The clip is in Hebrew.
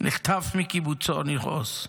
שנחטף מקיבוצו ניר עוז,